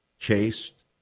chaste